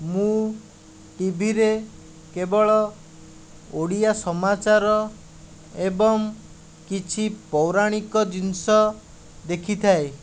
ମୁଁ ଟିଭିରେ କେବଳ ଓଡ଼ିଆ ସମାଚର ଏବଂ କିଛି ପୌରାଣିକ ଜିନିଷ ଦେଖିଥାଏ